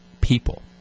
people